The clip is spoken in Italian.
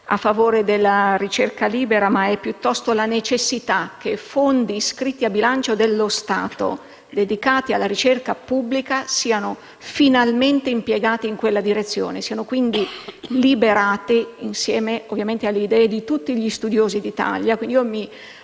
a favore della ricerca libera, ma piuttosto che fondi iscritti al bilancio dello Stato, dedicati alla ricerca pubblica, siano finalmente impiegati in quella direzione, siano quindi liberati insieme alle idee di tutti gli studiosi d'Italia.